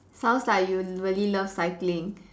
sounds like you really love cycling